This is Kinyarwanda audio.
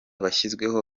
bashyizweho